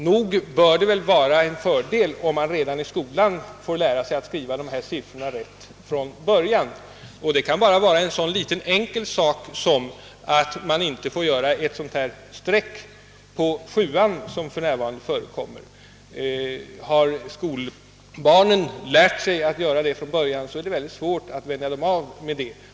Nog bör det vara en fördel, om man redan i skolan får lära sig att skriva dessa siffror rätt. Det kan röra sig om en så enkel sak som att man inte får dra ett sådant tvärstreck över sjuan som för närvarande förekommer. Har skolbarnen lärt sig att göra det från början, är det mycket svårt att vänja dem av med det.